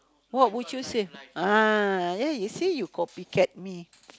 what would you save ah there you see you copycat me